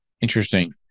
Interesting